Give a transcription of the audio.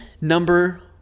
number